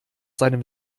seinem